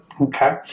Okay